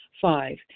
five